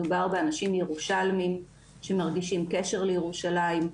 מדובר באנשים ירושלמים שמרגישים קשר לירושלים,